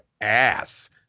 ass